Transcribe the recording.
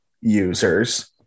users